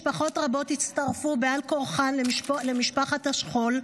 משפחות רבות הצטרפו בעל כורחן למשפחת השכול,